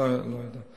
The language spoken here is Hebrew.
לא, לא יודע.